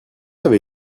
avait